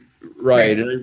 Right